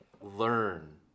learn